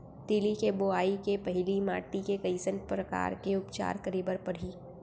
तिलि के बोआई के पहिली माटी के कइसन प्रकार के उपचार करे बर परही?